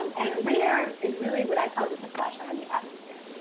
um and radar, is really what i call just the flashlight on the atmosphere.